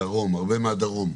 הרבה מהדרום.